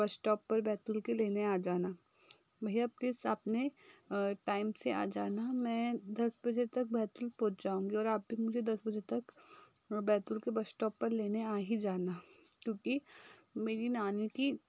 बस स्टॉप पर बैतूल के लेने आ जाना भईया प्लिस अपने टाइम से आ जाना मैं दस बजे तक बैतूल पहुँच जाऊँगी और आप भी मुझे दस बजे तक बैतूल के बस स्टॉप पर लेने आ ही जाना क्योंकि मेरी नानी की